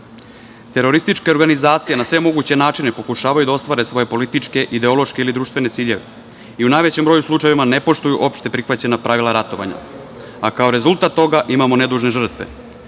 planetu. Terorističke organizacije na sve moguće načine pokušavaju da ostvare svoje političke, ideološke ili društvene ciljeve i u najvećem broju slučajeva ne poštuju opšte prihvaćena pravila ratovanja, a kao rezultat toga imamo nedužne